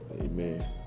Amen